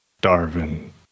Darwin